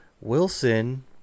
Wilson